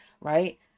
right